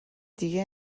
دیگه